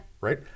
Right